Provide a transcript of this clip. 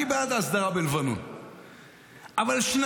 אני בעד ההסדרה בלבנון,